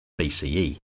BCE